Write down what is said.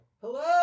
hello